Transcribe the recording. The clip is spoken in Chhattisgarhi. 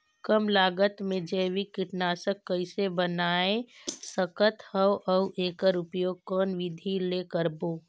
कम लागत मे जैविक कीटनाशक कइसे बनाय सकत हन अउ एकर उपयोग कौन विधि ले करबो?